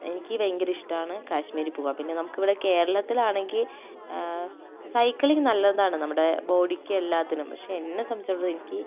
എനിക്ക് ഭയങ്കര ഇഷ്ടമാണ് കാശ്മീരിൽ പോകാൻ നമുക്ക് ഇവിടെ കേരളത്തിൽ ആണെങ്കിൽ സൈക്കിളിൽ നല്ലതാണ് നമ്മുടെ ബോഡിക്ക് എല്ലാറ്റിനും പക്ഷേ എന്നെ സംബന്ധിച്ചിടത്തോളം എനിക്ക്